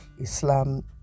Islam